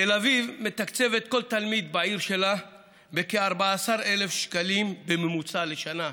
תל אביב מתקצבת כל תלמיד בעיר שלה בכ-14,000 שקלים בממוצע לשנה,